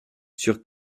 sur